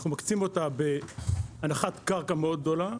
אנחנו מקצים אותה בהנחת קרקע מאוד גדולה,